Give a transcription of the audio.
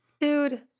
Dude